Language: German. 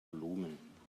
volumen